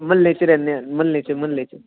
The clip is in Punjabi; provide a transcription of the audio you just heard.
ਮੱਲੇ 'ਚ ਰਹਿੰਦੇ ਹਾਂ ਮੱਲੇ 'ਚ ਮੱਲੇ 'ਚ